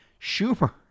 Schumer